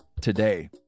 today